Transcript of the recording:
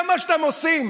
זה מה שאתם עושים